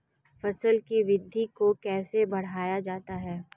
फसल की वृद्धि को कैसे बढ़ाया जाता हैं?